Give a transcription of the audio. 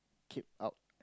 keep out